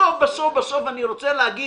בסוף בסוף בסוף אני רוצה להגיד,